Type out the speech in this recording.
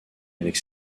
avec